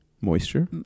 Moisture